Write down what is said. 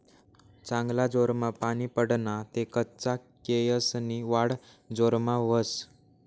चांगला जोरमा पानी पडना ते कच्चा केयेसनी वाढ जोरमा व्हस